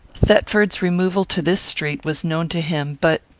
thetford's removal to this street was known to him but,